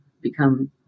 become